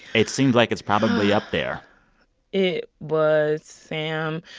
it seems like it's probably up there it was, sam.